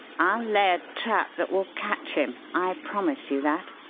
i'll lay a trap that will catch him. i promise you that.